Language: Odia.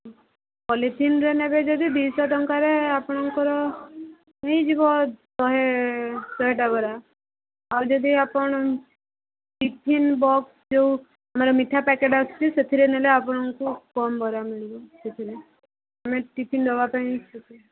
ପଲିଥିନ ରେ ନେବେ ଯଦି ଦୁଇଶ ଟଙ୍କାରେ ଆପଣଙ୍କର ହେଇ ଯିବ ଶହେ ଶହେ ଟା ବରା ଆଉ ଯଦି ଆପଣ ଟିଫିନ୍ ବକ୍ସ ଯଉ ଆମର ମିଠା ପ୍ୟାକେଟ୍ ଅଛି ସେଥିରେ ନେଲେ ଆପଣଙ୍କୁ କମ ବରା ମିଳିବ ସେଥିରେ ଆମେ ଟିଫିନ୍ ଦବା ପାଇଁ